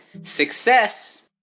success